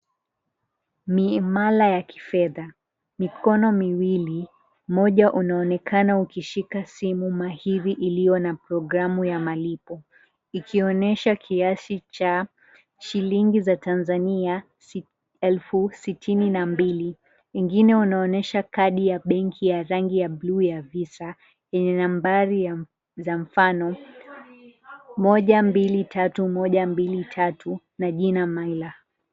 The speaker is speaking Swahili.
Miimala ya kifedha. Mikono miwili, moja unaonekana ukishika simu mahidhi ilio na programu ya malipo, ikionesha kiasi cha shillingi za Tanzania, elfu sitini na mbili, ingine unaonesha kadi ya benki ya rangi ya buluu ya visa yenye nambari za mfano, 123 123 na jina Mayla.